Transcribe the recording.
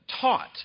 taught